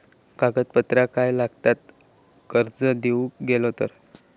कागदपत्रा काय लागतत कर्ज घेऊक गेलो तर?